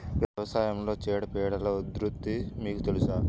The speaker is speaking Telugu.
వ్యవసాయంలో చీడపీడల ఉధృతి మీకు తెలుసా?